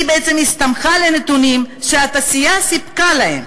היא בעצם הסתמכה על הנתונים שהתעשייה סיפקה לה.